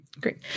great